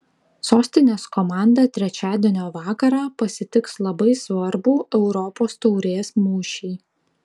sostinės komanda trečiadienio vakarą pasitiks labai svarbų europos taurės mūšį